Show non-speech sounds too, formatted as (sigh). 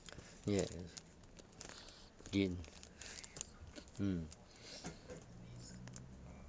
yes (noise) gain (breath) mm (breath)